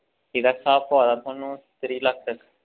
एह्दा स्हाब पोआ दा तोआनूं त्रीह् लक्ख तक